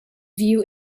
view